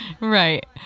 Right